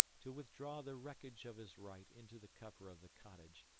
to withdraw the wreckage of his right into the cover of the cottage,